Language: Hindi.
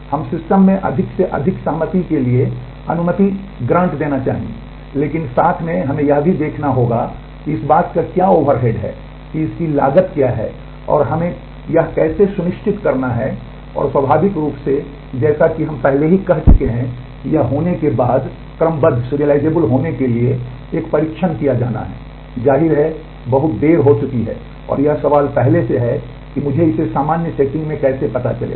हम सिस्टम में अधिक से अधिक सहमति के लिए अनुमति देना चाहेंगे लेकिन साथ ही हमें यह भी देखना होगा कि इस बात का क्या ओवरहेड है कि इसकी लागत क्या है और हमें यह कैसे सुनिश्चित करना है और स्वाभाविक रूप से जैसा कि हम पहले ही कह चुके हैं कि यह होने के बाद क्रमबद्ध होने के लिए एक परीक्षण किया जाना है जाहिर है बहुत देर हो चुकी है और यह सवाल पहले से है कि मुझे इसे सामान्य सेटिंग में कैसे पता चलेगा